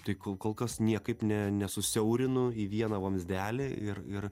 tai kol kas niekaip ne nesusiaurinu į vieną vamzdelį ir ir